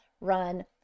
run